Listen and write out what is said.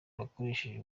bakoresheje